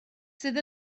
sydd